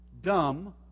dumb